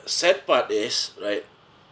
sad part is right